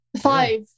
Five